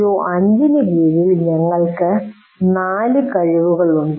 CO5 ന് കീഴിൽ ഞങ്ങൾക്ക് 4 കഴിവുകളുണ്ട്